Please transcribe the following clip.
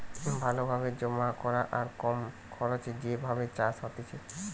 ভালো ভাবে জমা করা আর কম খরচে যে ভাবে চাষ হতিছে